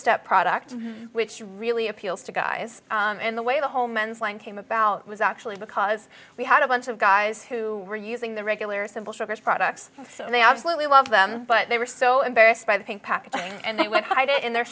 step product which really appeals to guys in the way the whole men's line came about was actually because we had a bunch of guys who were using the regular simple sugars products and they absolutely love them but they were so embarrassed by the pink packaging and they went hide it in their